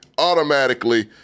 automatically